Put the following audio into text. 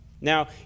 Now